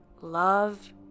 love